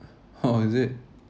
oh is it